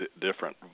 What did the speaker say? different